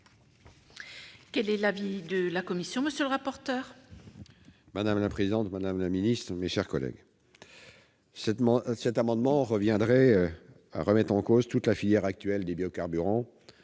Quel est l'avis de la commission ?